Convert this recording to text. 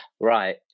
Right